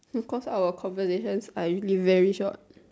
because our conversation is ideally very short